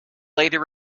later